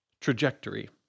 trajectory